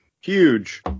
huge